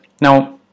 now